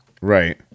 Right